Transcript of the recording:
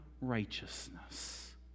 righteousness